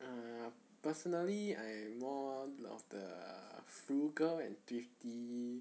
err personally I'm more of the frugal and thrifty